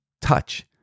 touch